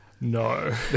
No